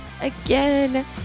again